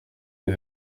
les